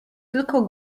tylko